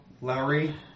Lowry